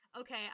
Okay